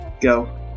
go